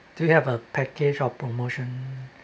do you have a package or promotion